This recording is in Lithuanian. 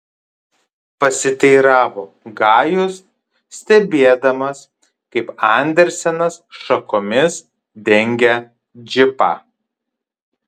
pasiteiravo gajus stebėdamas kaip andersenas šakomis dengia džipą